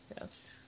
Yes